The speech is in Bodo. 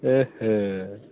ए हे